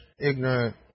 ignorant